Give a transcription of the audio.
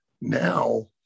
now